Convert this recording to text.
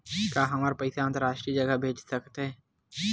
का हमर पईसा अंतरराष्ट्रीय जगह भेजा सकत हे?